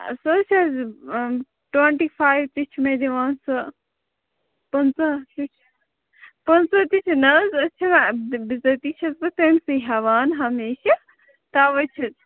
آ سُہ حظ چھُ اَسہِ ٹوونٛٹی فایِو تہِ چھُ مےٚ دِوان سُہ پٕنٛژٕہ پٍنٛژٕہ تہِ چھُ نہَ حظ أسۍ چھِناہ بِظٲتی چھَس بہٕ تٔمۍسٕے ہٮ۪وان ہمیشہٕ تَوَے چھِ